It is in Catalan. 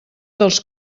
dels